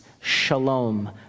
Shalom